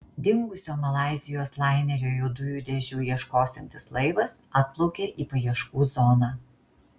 dingusio malaizijos lainerio juodųjų dėžių ieškosiantis laivas atplaukė į paieškų zoną